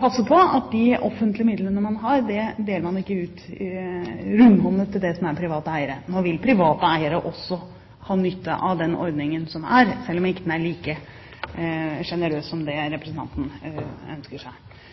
passer på at de offentlige midlene man har, deler man ikke ut rundhåndet til det som er private eiere. Nå vil private eiere også ha nytte av denne ordningen, selv om den ikke er like sjenerøs som representanten ønsker seg.